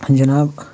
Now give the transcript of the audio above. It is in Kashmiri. جِناب